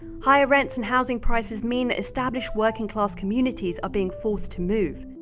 higher rents and housing prices mean established working-class communities are being forced to move.